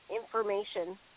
information